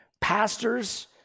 pastors